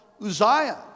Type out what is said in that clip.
Uzziah